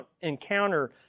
encounter